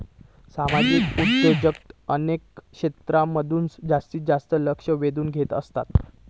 सामाजिक उद्योजकता अनेक क्षेत्रांमधसून जास्तीचा लक्ष वेधून घेत आसा